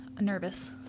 nervous